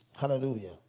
Hallelujah